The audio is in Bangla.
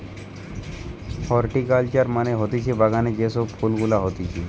হরটিকালচার মানে হতিছে বাগানে যে সব ফুল গুলা হতিছে